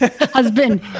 Husband